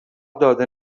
داده